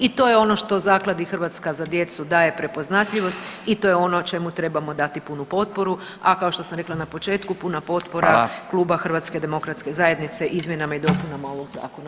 I to je ono što Zakladi „Hrvatska za djecu“ daje prepoznatljivost i to je ono čemu trebamo dati punu potporu, a kao što sam rekla na početku puna potpora [[Upadica: Hvala.]] Kluba HDZ-a izmjenama i dopunama ovog zakona.